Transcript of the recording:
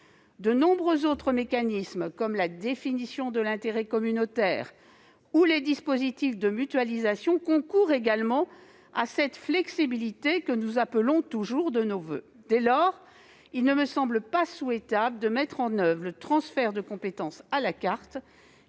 De nombreux autres mécanismes, comme la définition de l'intérêt communautaire ou les dispositifs de mutualisation, concourent également à cette flexibilité que nous appelons toujours de nos voeux. Dès lors, il ne me paraît pas souhaitable de mettre en oeuvre un transfert de compétences à la carte,